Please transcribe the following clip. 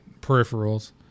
peripherals